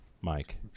Mike